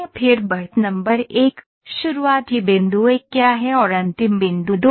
फिर बढ़त नंबर 1 शुरुआती बिंदु 1 क्या है और अंतिम बिंदु 2 है